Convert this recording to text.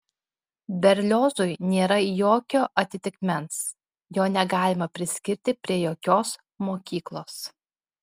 berliozui nėra jokio atitikmens jo negalima priskirti prie jokios mokyklos